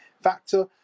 factor